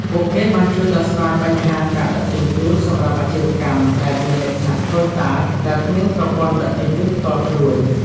ពួកគេបានជួយដោះស្រាយបញ្ហាការដឹកជញ្ជូនសម្រាប់អាជីវកម្មដែលមានលក្ខណៈតូចតាចដែលគ្មានប្រព័ន្ធដឹកជញ្ជូនផ្ទាល់ខ្លួន។